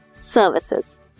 services